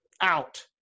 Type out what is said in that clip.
out